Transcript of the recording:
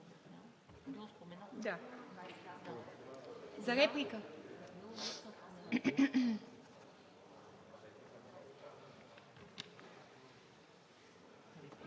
за реплика?